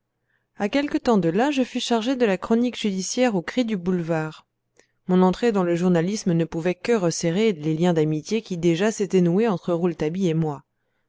à quelque temps de là je fus chargé de la chronique judiciaire au cri du boulevard mon entrée dans le journalisme ne pouvait que resserrer les liens d'amitié qui déjà s'étaient noués entre rouletabille et moi